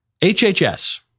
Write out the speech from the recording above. HHS